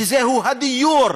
שזהו הדיור,